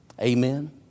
Amen